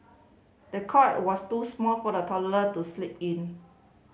the cot was too small for the toddler to sleep in